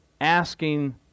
asking